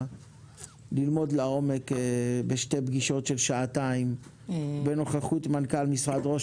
ללמוד לעומק בשתי פגישות של שעתיים בנוכחות מנכ"ל משרד ראש